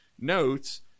notes